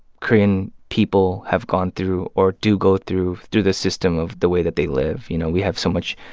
korean people have gone through or do go through through the system of the way that they live. you know, we have so much